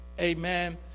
amen